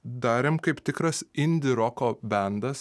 darėm kaip tikras indi roko bendas